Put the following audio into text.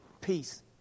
peace